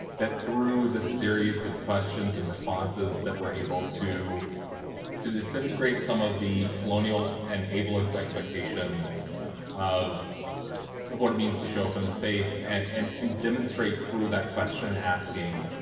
that through the series of questions and responses that we're able to to disintegrate some of the colonial and ablest expectations of of what it means to show up in a space and and demonstrate through that question asking